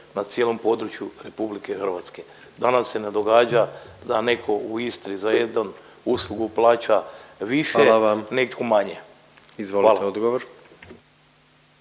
na cijelom području Republike Hrvatske da nam se ne događa da netko u Istri za jednu uslugu plaća više, … …/Upadica predsjednik: